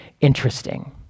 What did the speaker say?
interesting